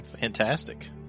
fantastic